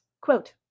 Quote